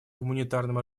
гуманитарным